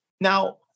Now